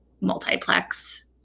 multiplex